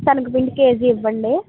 సెనగపిండి KG ఇవ్వండి